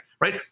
right